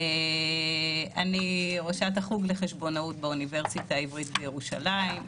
אני ראש החוג לחשבונאות באוניברסיטה העברית בירושלים,